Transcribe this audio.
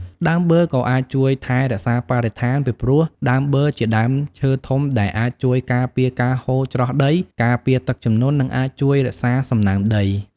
ដើមប័រក៏អាចជួយថែរក្សាបរិស្ថាន ពីព្រោះដើមបឺរជាដើមឈើធំដែលអាចជួយការពារការហូរច្រោះដី ការពារទឹកជំនន់ និងអាចជួយរក្សាសំណើមដី។